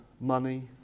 money